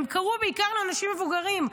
הם קרו בעיקר לאנשים מבוגרים.